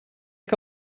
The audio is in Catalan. que